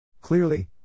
Clearly